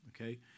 Okay